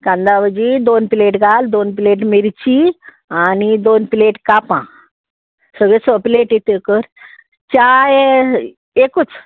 कांदा बजी दोन प्लेट घाल दोन प्लेट मिरची आनी दोन प्लेट कापां सगळे स प्लेटी त्यो कर एकूच